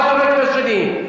אחד הורג את השני.